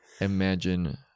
imagine